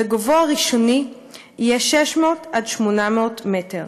וגובהו הראשוני יהיה 600 800 מטר.